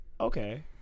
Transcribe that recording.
Okay